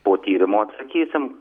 po tyrimo atsakysim